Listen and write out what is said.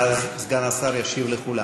ואז סגן השר ישיב לכולם.